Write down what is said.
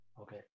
Okay